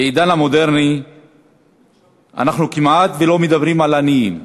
בעידן המודרני אנחנו כמעט לא מדברים על עניים.